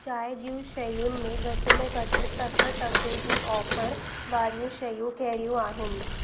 चाहिं जूं शयुनि में घटि में घटि सठि टके जी ऑफर वारियूं शयूं कहिड़ियूं आहिनि